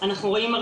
אז אנחנו בהסתדרות,